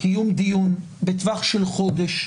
קיום דיון בטווח של חודש.